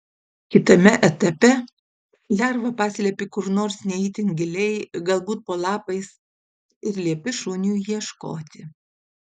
kitame etape lervą paslepi kur nors ne itin giliai galbūt po lapais ir liepi šuniui ieškoti